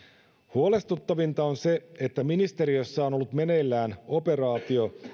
huolestuttavinta on se että ministeriössä on ollut meneillään operaatio